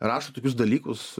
rašo tokius dalykus